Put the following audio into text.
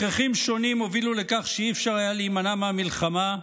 הכרחים שונים הובילו לכך שלא היה אפשר להימנע מהמלחמה,